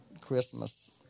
Christmas